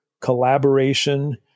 collaboration